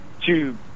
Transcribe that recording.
two